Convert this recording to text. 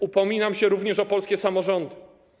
Upominam się również o polskie samorządy.